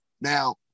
now